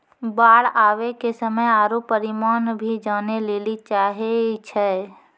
बाढ़ आवे के समय आरु परिमाण भी जाने लेली चाहेय छैय?